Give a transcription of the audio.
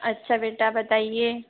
अच्छा बेटा बताइये